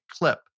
clip